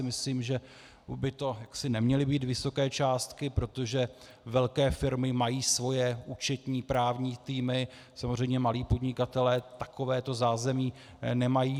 Myslím si, že by to neměly být vysoké částky, protože velké firmy mají svoje účetní, právní týmy, samozřejmě malí podnikatelé takovéto zázemí nemají.